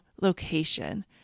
location